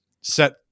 set